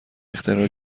اختراع